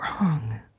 wrong